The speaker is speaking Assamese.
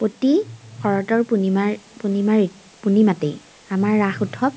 প্ৰতি শৰতৰ পূৰ্ণিমাৰ পূৰ্ণিমা পূৰ্ণিমাতেই আমাৰ ৰাস উৎসৱ